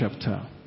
chapter